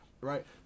right